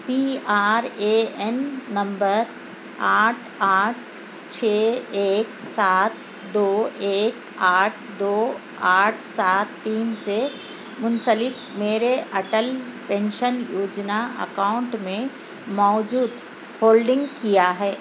P R A N نمبر آٹھ آٹھ چھ ایک سات دو ایک آٹھ دو آٹھ سات تین سے مُنسلک میرے اٹل پینشن یوجنا اکاؤنٹ میں موجود ہولڈنگ کیا ہے